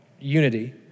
unity